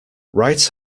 right